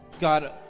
God